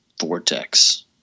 vortex